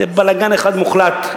זה בלגן אחד מוחלט,